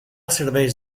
serveix